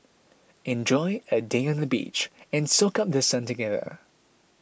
enjoy a day on the beach and soak up The Sun together